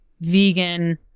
vegan